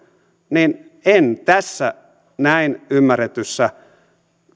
niin en tässä näin ymmärretyssä